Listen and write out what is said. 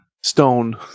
Stone